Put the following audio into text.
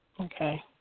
okay